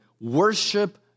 Worship